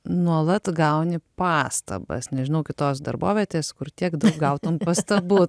nuolat gauni pastabas nežinau kitos darbovietės kur tiek daug gautum pastabų